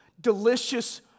delicious